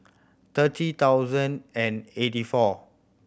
thirty thousand and eighty four